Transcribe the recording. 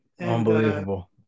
Unbelievable